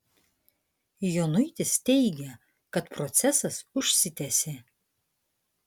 jonuitis teigia kad procesas užsitęsė